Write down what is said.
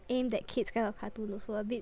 aim that kids kind of cartoon also abit